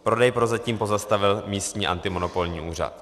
Prodej prozatím pozastavil místní antimonopolní úřad.